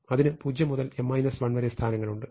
അതിന് 0 മുതൽ m 1 വരെ സ്ഥാനങ്ങളുണ്ട്